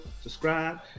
subscribe